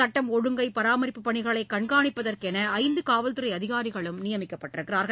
சட்டம் ஒழுங்கை பராமரிப்புப் பணிகளை கண்காணிப்பதற்கென ஐந்து காவல்துறை அதிகாரிகளும் நியமிக்கப்பட்டுள்ளனர்